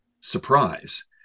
surprise